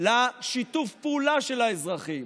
לשיתוף הפעולה של האזרחים,